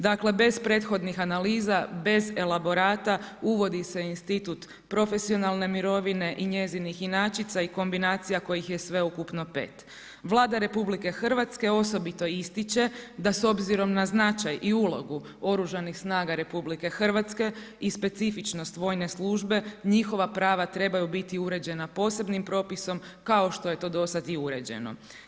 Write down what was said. Dakle, bez prethodnih analiza, bez elaborata, uvodi se institut profesionalne mirovine i njezinih inačica i kombinacija kojih je sveukupno 5. Vlada RH osobito ističe da s obzirom na značaj i u logu Oružanih snaga RH i specifičnost vojne službe, njihova prava trebaju biti uređena posebnim propisom kao što je to do sad i uređeno.